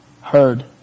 heard